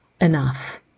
enough